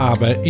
Aber